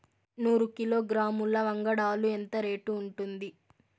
నూరు కిలోగ్రాముల వంగడాలు ఎంత రేటు ఉంటుంది?